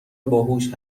باهوش